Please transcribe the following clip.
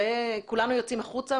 כולנו יוצאים החוצה,